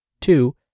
two